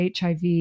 HIV